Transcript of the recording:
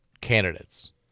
candidates